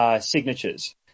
signatures